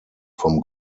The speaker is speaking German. vom